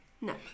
No